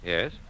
Yes